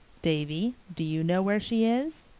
davy, do you know where she is?